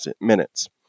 minutes